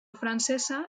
francesa